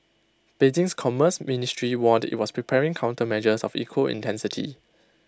Beijing's commerce ministry warned IT was preparing countermeasures of equal intensity